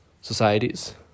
societies